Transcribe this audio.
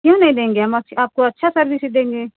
क्यों नहीं देंगे हम आपको अच्छा सर्विसिज़ देंगे